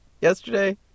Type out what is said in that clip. yesterday